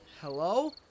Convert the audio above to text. Hello